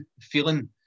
feeling